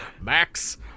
Max